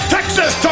Texas